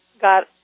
got